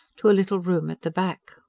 to a little room at the back.